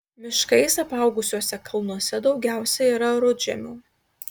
miškais apaugusiuose kalnuose daugiausia yra rudžemių